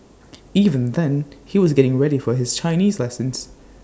even then he was getting ready for his Chinese lessons